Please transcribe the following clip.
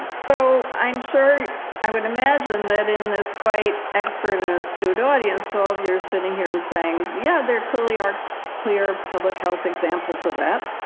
so i'm sure i would imagine that in this quite expert in a studio audience so all you're sitting here and saying yeah there clearly are clear public health examples of that